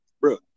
Bro